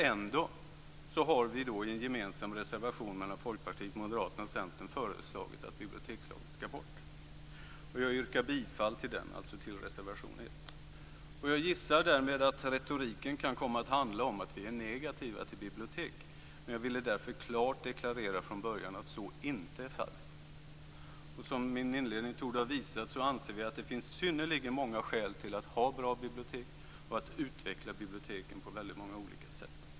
Ändå har vi i en gemensam reservation mellan Folkpartiet, Moderaterna och Centern föreslagit att bibliotekslagen ska bort, och jag yrkar bifall till den, alltså till reservation 1. Jag gissar därmed att retoriken kan komma att handla om att vi är negativa till bibliotek, och jag vill därför klart deklarera från början att så inte är fallet. Som min inledning torde ha visat anser vi att det finns synnerligen många skäl till att ha bra bibliotek och att utveckla biblioteken på väldigt många olika sätt.